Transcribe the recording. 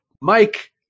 mike